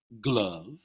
glove